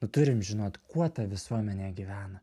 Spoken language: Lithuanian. turim žinot kuo ta visuomenė gyvena